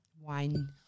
Wine